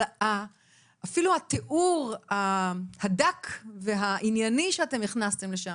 אבל אפילו התיאור הדק והענייני שאתם הכנסתם לשם,